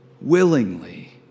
willingly